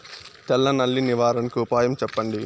తెల్ల నల్లి నివారణకు ఉపాయం చెప్పండి?